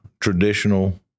traditional